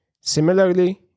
Similarly